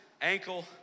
ankle